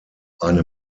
eine